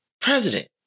president